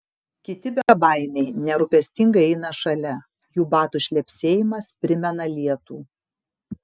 kiti bebaimiai nerūpestingai eina šalia jų batų šlepsėjimas primena lietų